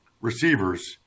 receivers